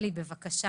אלי, בבקשה.